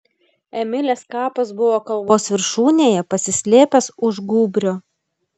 emilės kapas buvo kalvos viršūnėje pasislėpęs už gūbrio